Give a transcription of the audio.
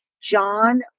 John